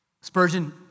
Spurgeon